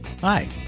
Hi